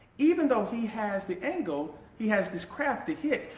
even though he has the angle he has his craft to hit,